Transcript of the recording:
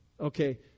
okay